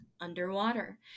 underwater